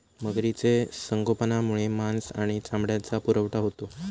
मगरीचे संगोपनामुळे मांस आणि चामड्याचा पुरवठा होतो